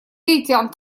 гаитян